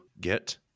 get